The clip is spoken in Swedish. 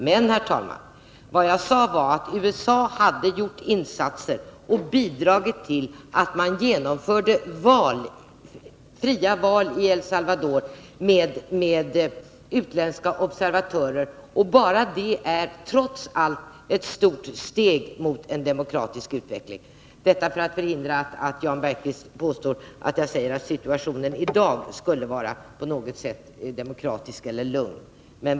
Men jag sade också att USA har gjort insatser och bidragit till att man i E1 Salvador genomförde fria val med utländska observatörer, och bara det är trots allt ett stort steg mot en demokratisk utveckling. Jag måste understryka detta, eftersom Jan Bergqvist påstår att jag säger att situationen i dag skulle vara lugn.